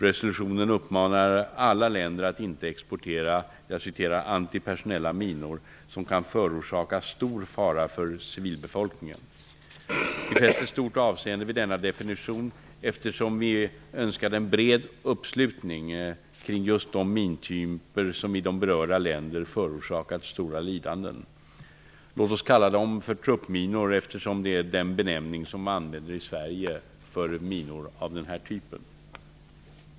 Resolutionen uppmanar alla de länder att inte exportera ''antipersonella minor som kan förorsaka stor fara för civilbefolkningen''. Vi fäste stort avseende vid denna definition, eftersom vi önskade en bred uppslutning kring just de mintyper som i de berörda länderna förorsakat stora lidanden. Låt oss kalla dem för truppminor, eftersom det är den benämning som vi använder i Sverige för minor av den här typen.